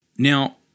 Now